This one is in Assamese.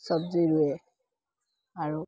চব্জি ৰোৱে আৰু